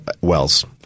Wells